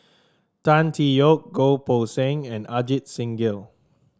Tan Tee Yoke Goh Poh Seng and Ajit Singh Gill